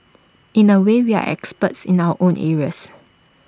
in A way we are experts in our own areas